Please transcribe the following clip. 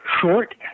Short